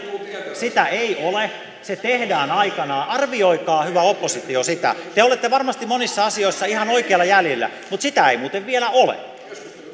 sitä ei ole se tehdään aikanaan arvioikaa hyvä oppositio sitä te te olette varmasti monissa asioissa ihan oikeilla jäljillä mutta sitä ei muuten vielä ole